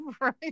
Right